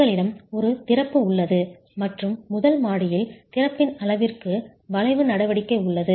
உங்களிடம் ஒரு திறப்பு உள்ளது மற்றும் முதல் மாடியில் திறப்பின் அளவிற்கு வளைவு நடவடிக்கை உள்ளது